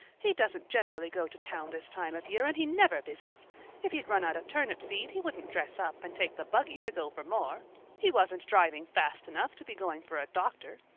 he doesn't generally go to town this time of year and he never visits if he'd run out of turnip seed he wouldn't dress up and take the buggy to go for more he wasn't driving fast enough to be going for a doctor.